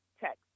text